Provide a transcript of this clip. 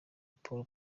paul